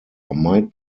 might